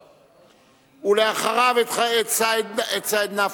ואחריו, את סעיד נפאע.